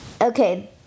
Okay